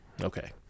Okay